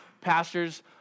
pastors